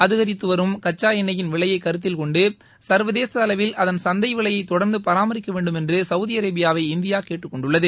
அதிகரித்துவரும் கச்சா எண்ணெயின் விலையை கருத்தில் கொண்டு சர்வதேச அளவில் அதன் சந்தை விலையை தொடர்ந்து பாரமரிக்க வேண்டுமென்று சவுதி அரேபியாவை இந்தியா கேட்டுக்கொண்டது